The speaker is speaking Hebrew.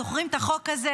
זוכרים את החוק הזה?